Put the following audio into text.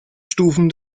stufen